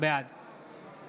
בעד